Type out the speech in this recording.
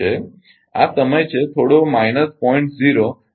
આ સમય છે થોડો માઈનસ 0